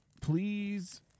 please